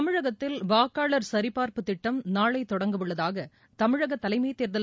தமிழகத்தில் வாக்காளர் சரிபார்ப்புத் திட்டம் நாளை தொடங்கவுள்ளதாக தமிழக தலைமை தேர்தல்